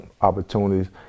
opportunities